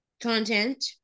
content